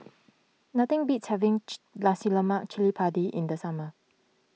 nothing beats having Cili Padi in the summer